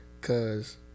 Cause